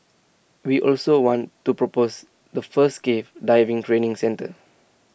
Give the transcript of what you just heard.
we also want to propose the first cave diving training centre